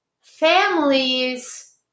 families